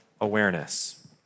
awareness